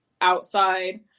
outside